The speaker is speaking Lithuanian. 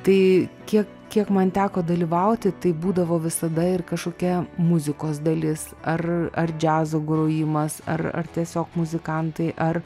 tai kiek kiek man teko dalyvauti tai būdavo visada ir kažkokia muzikos dalis ar ar džiazo grojimas ar ar tiesiog muzikantai ar